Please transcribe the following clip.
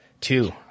Two